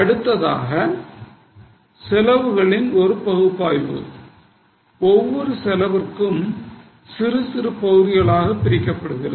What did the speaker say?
அடுத்ததாக செலவுகளின் ஒரு பகுப்பாய்வு ஒவ்வொரு செலவுகளும் சிறு சிறு பகுதிகளாக பிரிக்கப்படுகின்றன